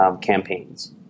campaigns